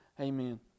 amen